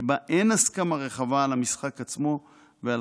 שבה אין הסכמה רחבה על המשחק עצמו ועל